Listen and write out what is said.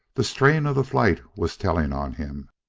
the strain of the flight was telling on him.